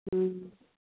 ہوں